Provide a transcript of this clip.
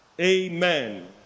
Amen